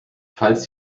falls